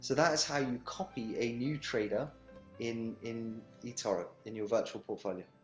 so that is how you copy a new trader in in etoro, in your virtual portfolio.